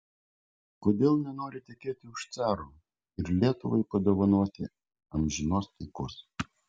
kodėl nenori tekėti už caro ir lietuvai padovanoti amžinos taikos